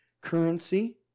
currency